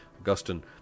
Augustine